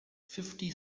fifty